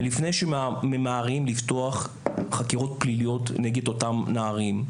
לפני שממהרים לפתוח חקירות פליליות נגד אותם נערים.